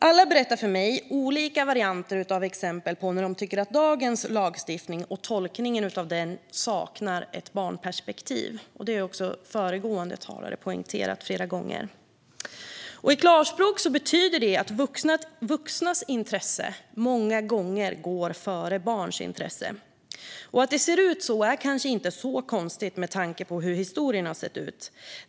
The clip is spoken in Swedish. Alla berättar för mig om olika varianter av exempel på när de tycker att dagens lagstiftning och tolkningen av den saknar ett barnperspektiv. Detta har också föregående talare poängterat flera gånger. I klarspråk betyder detta att vuxnas intresse många gånger går före barns intresse. Att det ser ut så är kanske inte så konstigt, med tanke på hur historien sett ut.